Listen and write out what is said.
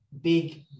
big